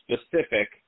specific